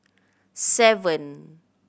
seven